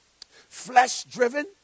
flesh-driven